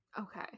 Okay